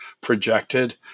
projected